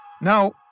Now